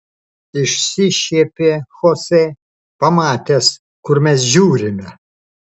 išsišiepė chose pamatęs kur mes žiūrime